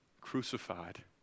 Crucified